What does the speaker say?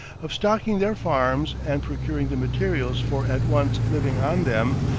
of stocking their farms, and procuring the materials for at once living on them,